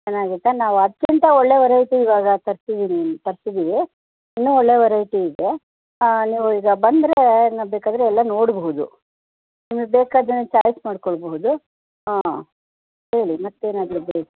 ಚೆನ್ನಾಗಿತ್ತಾ ನಾವು ಅದಕ್ಕಿಂತ ಒಳ್ಳೆಯ ವೆರೈಟಿ ಇವಾಗ ತರ್ಸಿದ್ದೀನಿ ತರ್ಸಿದ್ದೀವಿ ಇನ್ನೂ ಒಳ್ಳೆಯ ವೆರೈಟಿ ಇದೆ ನೀವು ಈಗ ಬಂದರೆ ನಾ ಬೇಕಾದರೆ ಎಲ್ಲ ನೋಡಬಹುದು ನಿಮಗೆ ಬೇಕಾದ್ದನ್ನ ಚಾಯ್ಸ್ ಮಾಡಿಕೊಳ್ಬಹುದು ಹಾಂ ಹೇಳಿ ಮತ್ತೇನಾದರೂ ಬೇಕಾ